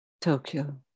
Tokyo